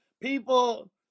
people